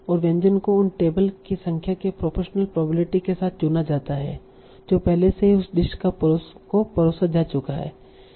और व्यंजन को उन टेबल की संख्या के प्रोपोरशनल प्रोबेबिलिटी के साथ चुना जाता है जो पहले से ही उस डिश को परोसा जा चूका हैं